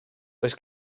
does